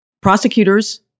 prosecutors